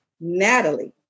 Natalie